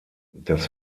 das